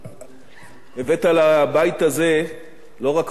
הבאת לבית הזה לא רק חוכמה וניסיון